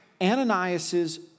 Ananias's